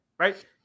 Right